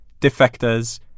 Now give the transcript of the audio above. Defectors